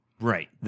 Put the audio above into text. Right